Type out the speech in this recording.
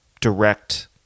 direct